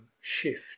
shift